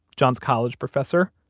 john's college professor.